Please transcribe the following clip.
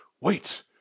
wait